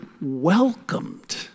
welcomed